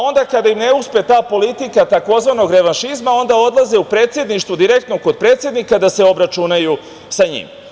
Onda, kada im ne uspe ta politika tzv. revanšizma onda odlaze u predsedništvo direktno kod predsednika da se obračunaju sa njim.